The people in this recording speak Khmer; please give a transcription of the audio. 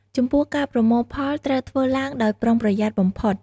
ចំពោះ ការប្រមូលផលត្រូវធ្វើឡើងដោយប្រុងប្រយ័ត្នបំផុត។